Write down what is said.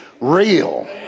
real